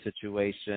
situation